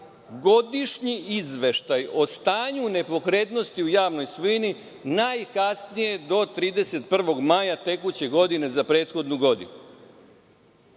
godišnji izveštaj o stanju nepokretnosti u javnoj svojini najkasnije do 31. maja tekuće godine za prethodnu godinu.